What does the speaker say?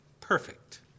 Perfect